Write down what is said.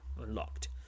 unlocked